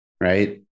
right